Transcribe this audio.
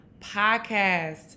podcast